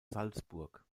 salzburg